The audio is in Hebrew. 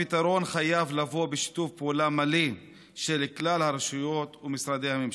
הפתרון חייב לבוא בשיתוף פעולה מלא של כלל הרשויות ומשרדי הממשלה.